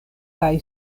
kaj